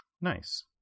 Nice